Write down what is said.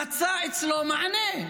מצא אצלו מענה,